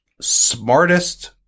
Smartest